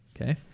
Okay